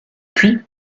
puis